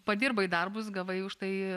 padirbai darbus gavai už tai